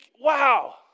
wow